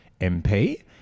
MP